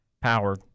power